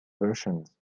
versions